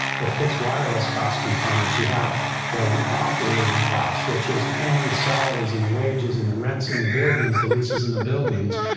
the fixed wireless cost components. you have the operating cost which is paying the salaries and the wages and the rents and the buildings, the leases on and the buildings.